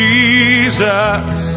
Jesus